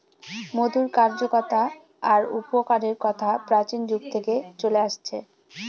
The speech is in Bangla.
মধুর কার্যকতা আর উপকারের কথা প্রাচীন যুগ থেকে চলে আসছে